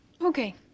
okay